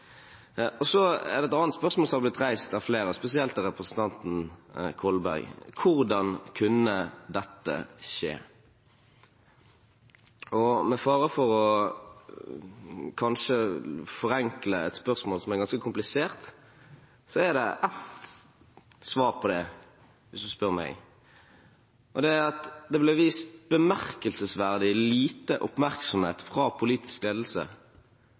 Så er det et annet spørsmål som er reist av flere, spesielt av representanten Kolberg: Hvordan kunne dette skje? Med fare for kanskje å forenkle et spørsmål som er ganske komplisert, er det ett svar på det – hvis man spør meg. Det er at det ble vist bemerkelsesverdig lite oppmerksomhet fra politisk ledelse